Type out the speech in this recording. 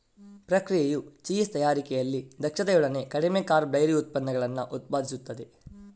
ಪ್ರಕ್ರಿಯೆಯು ಚೀಸ್ ತಯಾರಿಕೆಯಲ್ಲಿ ದಕ್ಷತೆಯೊಡನೆ ಕಡಿಮೆ ಕಾರ್ಬ್ ಡೈರಿ ಉತ್ಪನ್ನಗಳನ್ನು ಉತ್ಪಾದಿಸುತ್ತದೆ